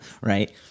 right